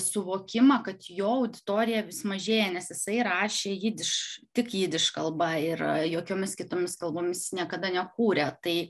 suvokimą kad jo auditorija vis mažėja nes jisai rašė jidiš tik jidiš kalba ir jokiomis kitomis kalbomis jis niekada nekūrė tai